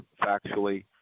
factually